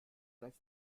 gleis